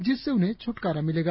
जिससे उन्हें छुटकारा मिलेगा